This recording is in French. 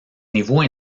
niveau